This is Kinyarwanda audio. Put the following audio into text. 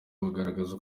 bugaragaza